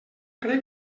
crec